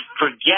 forget